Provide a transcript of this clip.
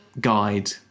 guide